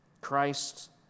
Christ